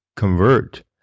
convert